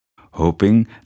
hoping